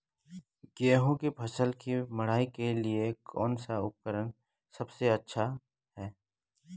गेहूँ की फसल की मड़ाई के लिए कौन सा उपकरण सबसे अच्छा है?